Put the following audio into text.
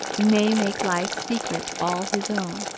may make life's secret all his own.